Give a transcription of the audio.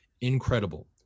incredible